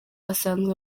asanzwe